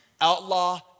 outlaw